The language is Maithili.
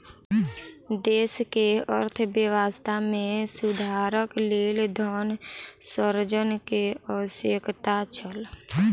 देश के अर्थव्यवस्था में सुधारक लेल धन सृजन के आवश्यकता छल